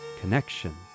connection